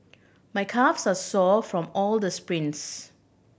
my calves are sore from all the sprints